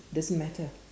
doesn't matter